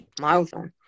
milestone